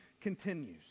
continues